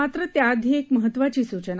मात्र त्याआधी एक महत्वाची सूचना